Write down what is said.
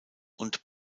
und